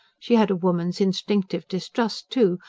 she had a woman's instinctive distrust, too,